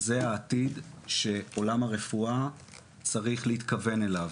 זה העתיד שעולם הרפואה צריך להתכוונן אליו.